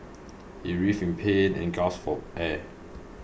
he writhed in pain and gasped for air